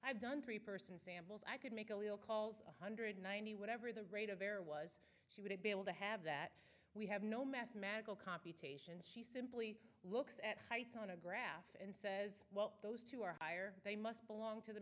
i've done three person samples i could make a little calls one hundred ninety whatever the rate of error was she wouldn't be able to have that we have no mathematical computations simply looks at heights on a graph and says well those two are higher they must belong to the